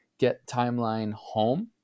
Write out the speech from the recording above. gettimelinehome